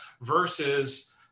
versus